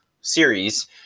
series